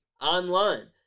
online